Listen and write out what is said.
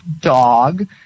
dog